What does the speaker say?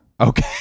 Okay